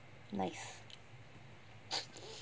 nice